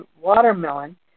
watermelon